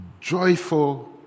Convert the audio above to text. joyful